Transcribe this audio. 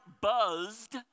buzzed